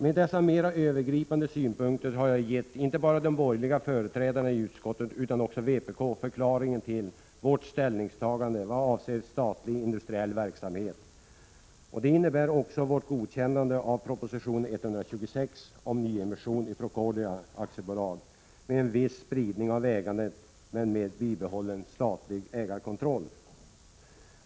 Med dessa mera övergripande synpunkter har jag gett inte bara de borgerliga företrädarna i utskottet utan också vpk förklaringen till vårt ställningstagande i vad avser statlig industriell verksamhet. Det innebär också vårt godkännande av proposition 1986/87:126 om nyemission i Procordia AB med en viss spridning av ägandet men med bibehållen statlig ägarkontroll.